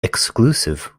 exclusive